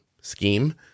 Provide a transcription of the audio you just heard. scheme